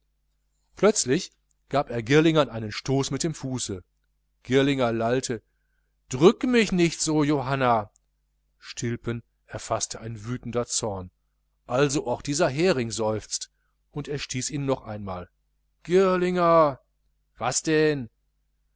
plötzlich gab er girlingern einen stoß mit dem fuße girlinger lallte drück mich nicht so johanna stilpen erfaßte ein wütender zorn also auch dieser häring seufzt und er stieß ihn noch einmal girlinger was denn